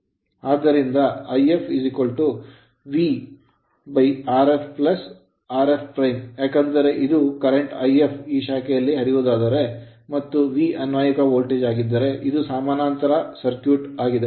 ಆದ್ದರಿಂದ If VRf Rf ಏಕೆಂದರೆ ಇದು ಪ್ರವಾಹ If ಈ ಶಾಖೆಯಲ್ಲಿ ಹರಿಯುವುದಾದರೆ ಮತ್ತು V ಅನ್ವಯಿಕ ವೋಲ್ಟೇಜ್ ಆಗಿದ್ದರೆ ಇದು ಸಮಾನಾಂತರ ಸರ್ಕ್ಯೂಟ್ ಆಗಿದೆ